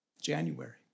January